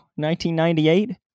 1998